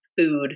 food